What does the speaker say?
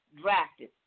drafted